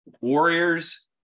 Warriors